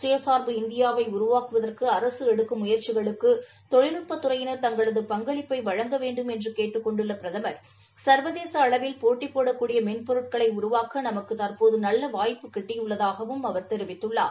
சுயசார்பு இந்தியாவை உருவாக்குவதற்கு அரசு எடுக்கும் முயற்சிகளுக்கு தொழில்நுட்பத் துறையினர் தங்களது பங்களிப்பை வழங்க வேண்டும் என்று கேட்டுக் கொண்ட பிரதமர் சர்வதேச அளவில் போட்டி போடக்கூடிய மென்பொருட்களை உருவாக்க நமக்கு தற்போது நல்ல வாய்ப்பு கிட்டியுள்ளதாகவும் அவர் தெரிவித்துள்ளார்